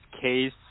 case